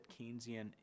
Keynesian